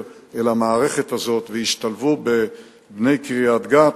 אל המערכת הזאת והשתלבו עם בני קריית-גת.